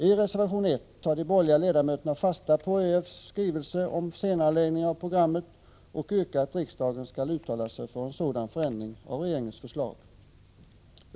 I reservation 1 tar de borgerliga ledamöterna fasta på skrivelsen från ÖEF om en senareläggning av programmet och yrkar på att riksdagen skall uttala sig för en sådan förändring av regeringens förslag.